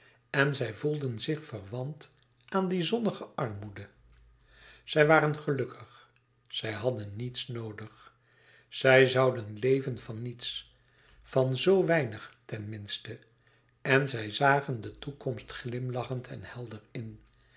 en zij voelden zich verwant aan die zonnige armoede zij waren gelukkig zij hadden niets noodig zij zouden leven van niets van zoo weinig ten minste en zij zagen de toekomst glimlachend en helder in